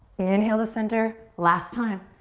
inhale to center. last time.